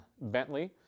Bentley